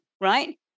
Right